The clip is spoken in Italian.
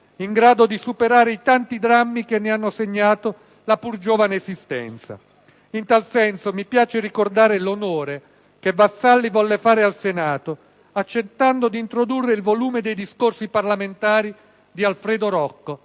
in grado di superare i tanti drammi che ne hanno segnato la pur giovane esistenza. In tal senso mi piace ricordare l'onore che Vassalli volle fare al Senato accettando di introdurre il volume dei discorsi parlamentari di Alfredo Rocco,